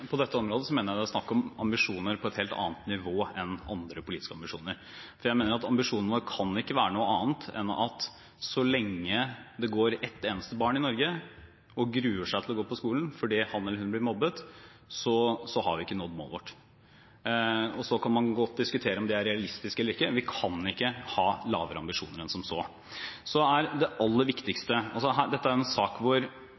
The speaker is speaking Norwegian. i dette arbeidet. På dette området mener jeg det er snakk om ambisjoner på et helt annet nivå enn andre politiske ambisjoner. For jeg mener at ambisjonene våre ikke kan være noe annet enn at så lenge det går ett eneste barn i Norge og gruer seg til å gå på skolen fordi han eller hun blir mobbet, har vi ikke nådd målet vårt. Så kan man godt diskutere om det er realistisk eller ikke, men vi kan ikke ha lavere ambisjoner enn som så. Dette er